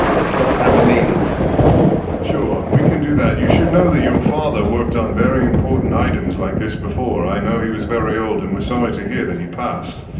i just don't have the means. travis sure, we can do that. you should know that your father worked on very important items like this before. i know he was very old and we're sorry to hear that he passed.